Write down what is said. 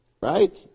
right